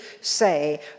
say